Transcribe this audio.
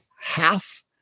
half